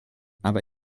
aber